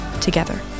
together